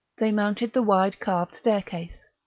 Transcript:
they mounted the wide carved staircase.